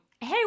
hey